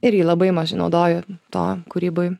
irgi labai mažai naudoju to kūryboj